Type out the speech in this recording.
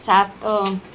ସାତ